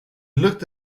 looked